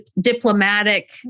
diplomatic